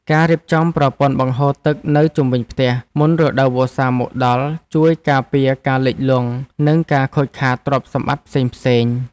ការរៀបចំប្រព័ន្ធបង្ហូរទឹកនៅជុំវិញផ្ទះមុនរដូវវស្សាមកដល់ជួយការពារការលិចលង់ និងការខូចខាតទ្រព្យសម្បត្តិផ្សេងៗ។